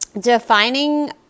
defining